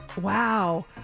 wow